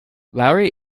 lowry